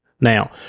Now